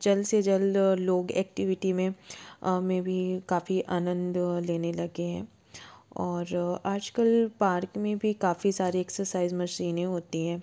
जल्द से जल्द लोग एक्टिविटी में में भी काफ़ी आनंद लेने लगे हैं और आज कल पार्क में भी काफ़ी सारे एक्सरसाइज़ मशीनें होती हैं